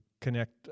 Connect